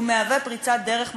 מהווה פריצת דרך משמעותית,